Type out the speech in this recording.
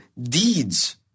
deeds